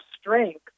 strength